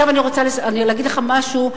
עכשיו אני רוצה להגיד לך משהו,